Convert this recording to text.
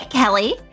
Kelly